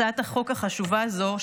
הצעת החוק החשובה הזו,